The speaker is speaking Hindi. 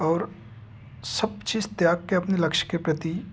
और सब चीज़ त्याग के अपने लक्ष्य के प्रति